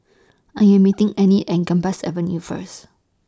I Am meeting Enid At Gambas Avenue First